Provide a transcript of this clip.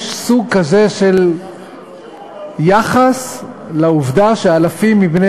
יש סוג כזה של יחס לעובדה שאלפים מבני